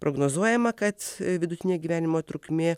prognozuojama kad vidutinė gyvenimo trukmė